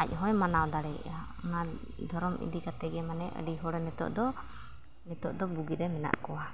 ᱟᱡ ᱦᱚᱸᱭ ᱢᱟᱱᱟᱣ ᱫᱟᱲᱮᱭᱟᱜᱼᱟ ᱚᱱᱟ ᱫᱷᱚᱨᱚᱢ ᱤᱫᱤ ᱠᱟᱛᱮᱫ ᱜᱮ ᱢᱟᱱᱮ ᱟᱹᱰᱤ ᱦᱚᱲ ᱱᱤᱛᱚᱜ ᱫᱚ ᱱᱤᱛᱚᱜ ᱫᱚ ᱵᱩᱜᱤᱨᱮ ᱢᱮᱱᱟᱜ ᱠᱚᱣᱟ